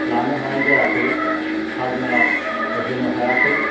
लानो हानाय जायाखै खाजोना होनो हायाखै